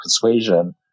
persuasion